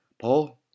Paul